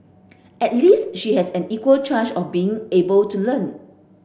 at least she has an equal chance of being able to learn